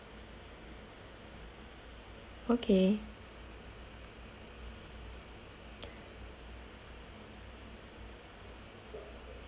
okay